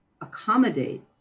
accommodate